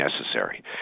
necessary